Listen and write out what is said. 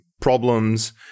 problems